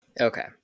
okay